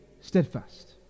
steadfast